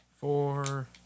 four